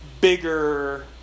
bigger